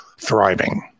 thriving